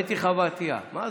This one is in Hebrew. אתי חוה עטייה, מה זה?